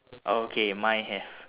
okay mine have